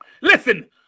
Listen